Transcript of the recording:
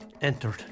entered